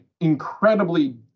incredibly